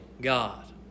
God